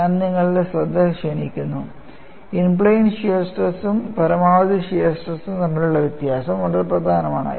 ഞാൻ നിങ്ങളുടെ ശ്രദ്ധ ക്ഷണിക്കുന്നു ഇൻ പ്ലെയിൻ ഷിയർ സ്ട്രെസ് ഉം പരമാവധി ഷിയർ സ്ട്രെസ് ഉം തമ്മിലുള്ള വ്യത്യാസം വളരെ പ്രധാനമാണ്